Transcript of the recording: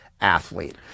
athlete